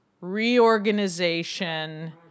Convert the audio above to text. reorganization